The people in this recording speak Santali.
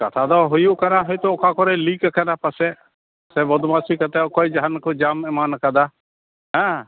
ᱠᱟᱛᱷᱟ ᱫᱚ ᱦᱩᱭᱩᱜ ᱠᱟᱱᱟ ᱦᱳᱭᱛᱚ ᱚᱠᱟ ᱠᱚᱨᱮ ᱞᱤᱠ ᱟᱠᱟᱱᱟ ᱯᱟᱥᱮ ᱥᱮ ᱵᱚᱫᱢᱟᱹᱭᱤᱥᱤ ᱠᱟᱛᱮ ᱚᱠᱚᱭ ᱡᱟᱦᱟᱱ ᱠᱚ ᱡᱟᱢ ᱮᱢᱟᱱ ᱟᱠᱟᱫᱟ ᱦᱮᱸ